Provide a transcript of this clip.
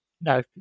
no